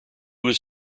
was